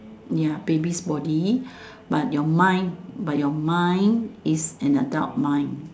ya baby's body but your mind but your mind is an adult mind